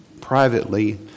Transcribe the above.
privately